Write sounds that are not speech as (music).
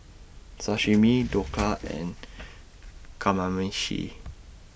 Sashimi (noise) Dhokla and Kamameshi